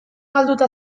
galduta